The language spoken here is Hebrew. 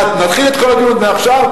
מה, נתחיל את כל הדיון מעכשיו?